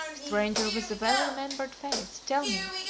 stranger with the well remembered face, tell me,